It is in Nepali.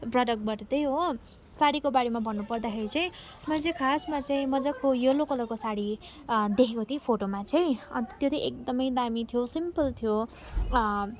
सारीको बारेमा भन्नु पर्दाखेरि चाहिँ म चाहिँ खासमा मजाको येलो कलरको सारी देखेको थिएँ फोटोमा चाहिँ अन्त त्यो चाहिँ एकदमै दामी थियो सिम्पल थियो